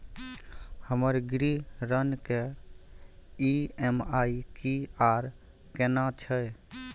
हमर गृह ऋण के ई.एम.आई की आर केना छै?